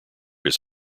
his